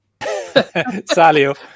Salio